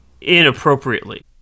inappropriately